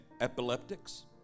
epileptics